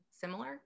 similar